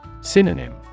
Synonym